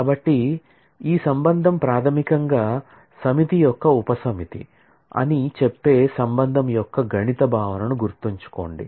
కాబట్టి రిలేషన్ ప్రాథమికంగా సమితి యొక్క ఉపసమితి అని చెప్పే రిలేషన్ యొక్క గణిత భావనను గుర్తుచేసుకోండి